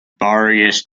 various